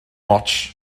ots